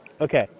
Okay